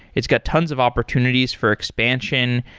it's got tons of opportunities for expansion,